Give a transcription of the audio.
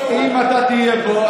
אם אתה תהיה פה,